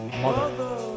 Mother